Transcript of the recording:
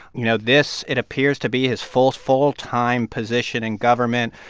you know, this it appears to be his first full-time position in government.